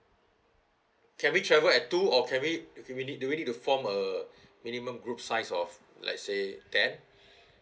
can we travel at two or can we do we need to form a minimum group size of let's say ten